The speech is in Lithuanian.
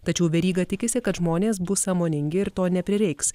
tačiau veryga tikisi kad žmonės bus sąmoningi ir to neprireiks